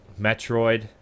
Metroid